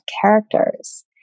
characters